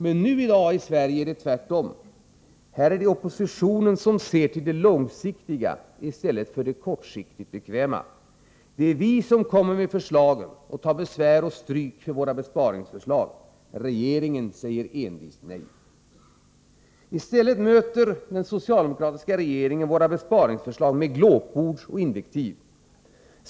Men i dagens Sverige är det tvärtom. Här är det oppositionen som ser till det långsiktiga i stället för det kortsiktigt bekväma. Det är vi som kommer med förslagen, som tar besvär och stryk för besparingsförslagen. Regeringen säger envist nej. Den socialdemokratiska regeringen möter våra besparingsförslag med glåpord och invektiv.